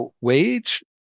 wage